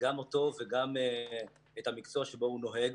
גם אותו וגם את המקצוע שבו הוא נוהג.